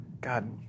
God